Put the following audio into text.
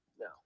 no